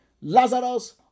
Lazarus